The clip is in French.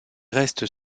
restes